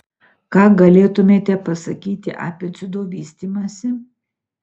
ką galėtumėte pasakyti apie dziudo vystymąsi